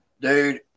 Dude